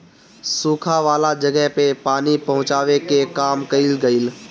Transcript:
सुखा वाला जगह पे पानी पहुचावे के काम कइल गइल